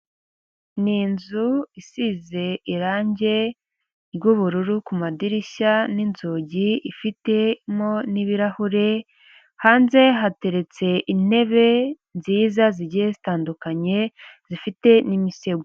Ni inzu isize irangi ry'ubururu kumadirishya nzugi, ifite mo n'ibirahure, hanze hateretse intebe nziza zigiye zitandukanye zifite n'imisego.